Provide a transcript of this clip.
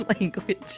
language